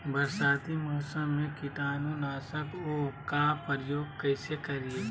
बरसाती मौसम में कीटाणु नाशक ओं का प्रयोग कैसे करिये?